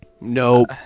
Nope